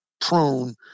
prone